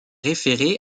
référer